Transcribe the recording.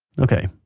okay.